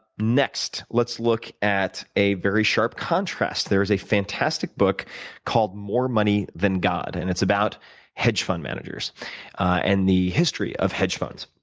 next, let's look at a very sharp contrast. there is a fantastic book called more money than god, and it's about hedge fund managers and the history of hedge funds.